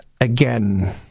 Again